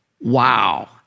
Wow